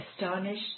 astonished